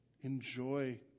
Enjoy